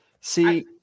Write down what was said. See